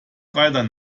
reiter